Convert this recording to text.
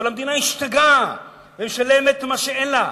אבל המדינה השתגעה ומשלמת מה שאין לה.